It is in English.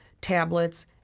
tablets